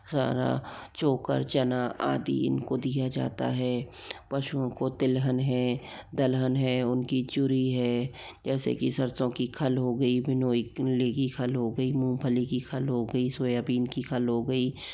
सारा चोकर चना आदी इनको दिया जाता है पशुओं को तिलहन है दलहन है उनकी चुरी है जैसे कि सरसों की खल हो गई विनोई की खल हो गई मूंगफली की खल हो गई सोयाबीन की खल हो गई